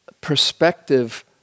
perspective